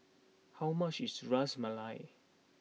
how much is Ras Malai